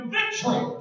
victory